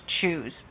choose